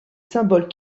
symboles